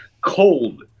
cold